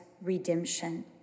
redemption